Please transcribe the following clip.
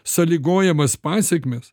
sąlygojamas pasekmes